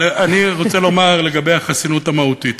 אני רוצה לומר לגבי החסינות המהותית.